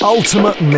Ultimate